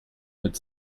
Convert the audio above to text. mit